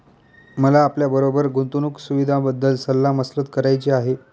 मला आपल्याबरोबर गुंतवणुक सुविधांबद्दल सल्ला मसलत करायची आहे